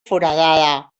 foradada